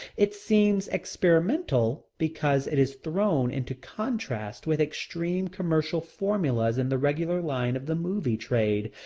it seems experimental because it is thrown into contrast with extreme commercial formulas in the regular line of the movie trade.